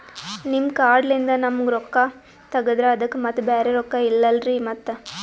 ನಿಮ್ ಕಾರ್ಡ್ ಲಿಂದ ನಮ್ ರೊಕ್ಕ ತಗದ್ರ ಅದಕ್ಕ ಮತ್ತ ಬ್ಯಾರೆ ರೊಕ್ಕ ಇಲ್ಲಲ್ರಿ ಮತ್ತ?